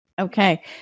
Okay